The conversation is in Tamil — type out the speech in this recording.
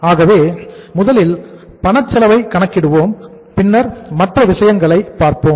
ஆகவே முதலில் பணச் செலவை கணக்கிடுவோம் பின்னர் மற்ற விஷயங்களை பார்ப்போம்